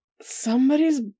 Somebody's